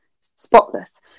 spotless